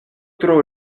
tro